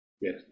Yes